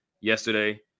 yesterday